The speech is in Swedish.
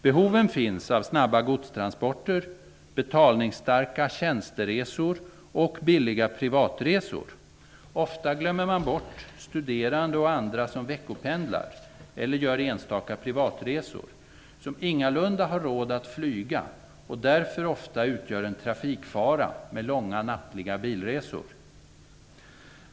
Behoven finns av snabba godstransporter, tjänsteresor och billiga privatresor. Ofta glömmer man bort studerande och andra som veckopendlar eller gör enstaka privatresor, som ingalunda har råd att flyga och därför ofta utgör en trafikfara med långa nattliga bilresor.